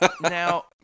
Now